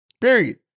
period